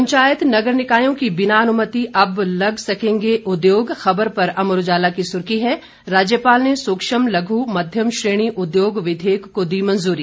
पंचायत नगर निकायों की बिना अनुमति अब लग सकेंगे उद्योग खबर पर अमर उजाला की सुर्खी है राज्यपाल ने सूक्ष्म लघ मध्यम श्रेणी उद्योग विधेयक को दी मंजूरी